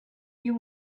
you